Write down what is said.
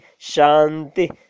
Shanti